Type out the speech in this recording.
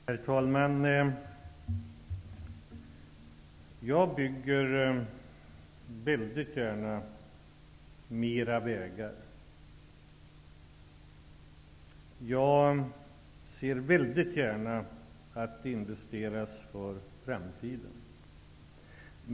Herr talman! Jag ser väldigt gärna att fler vägar byggs, och jag ser väldigt gärna att det investeras för framtiden.